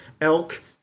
elk